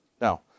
Now